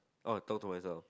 oh talk to myself